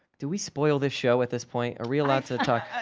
do we spoil this show at this point we allowed to talk,